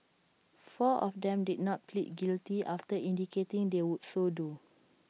four of them did not plead guilty after indicating they would so do